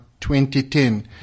2010